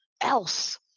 else